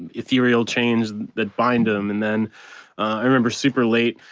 ethereal chains that bind them and then i remember super late.